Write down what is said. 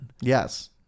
yes